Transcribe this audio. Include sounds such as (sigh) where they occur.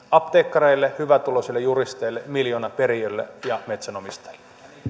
(unintelligible) apteekkareille hyvätuloisille juristeille miljoonaperijöille ja metsänomistajille nyt